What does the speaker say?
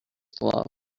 glove